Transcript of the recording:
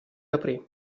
aprì